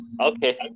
okay